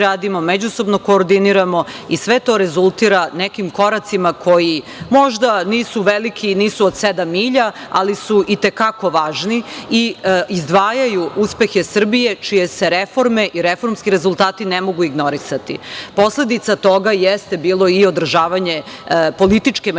radimo, međusobno koordiniramo i sve to rezultira nekim koracima koji možda nisu veliki, nisu od sedam milja, ali su i te kako važni i izdvajaju uspehe Srbije čije se reforme i reformski rezultati ne mogu ignorisati. Posledica toga jeste i održavanje političke međuvladine